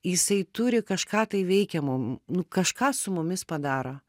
jisai turi kažką tai veikia mum nu kažką su mumis padaro